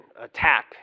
attack